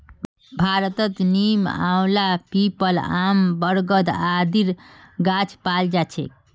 भारतत नीम, आंवला, पीपल, आम, बरगद आदिर गाछ पाल जा छेक